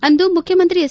ಅಂದು ಮುಖ್ಯಮಂತ್ರಿ ಎಚ್